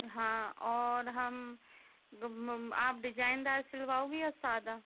हाँ और हम आप डिजाइनर सिलवाओगी या सादा